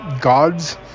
God's